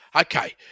Okay